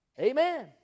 Amen